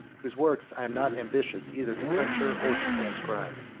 whose works i am not ambitious either to censure or to transcribe.